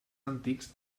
antics